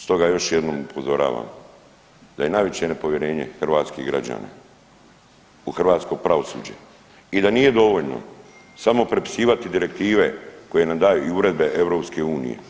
Stoga još jednom upozoravam da je najveće nepovjerenje hrvatskih građana u hrvatsko pravosuđe i da nije dovoljno samo prepisivati direktive koje nam daju i uredbe EU.